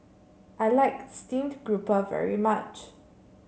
I like Steamed Grouper very much